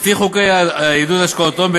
לפי חוקי עידוד השקעות הון,